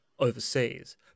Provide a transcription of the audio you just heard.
Overseas